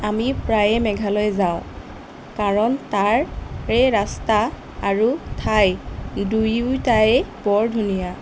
আমি প্ৰায়ে মেঘালয় যাওঁ কাৰণ তাৰে ৰাস্তা আৰু ঠাই দুয়োটাই বৰ ধুনীয়া